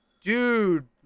Dude